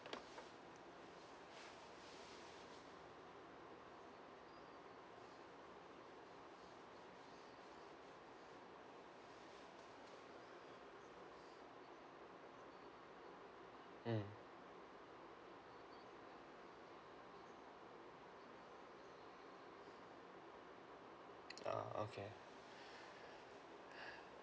mm oo okay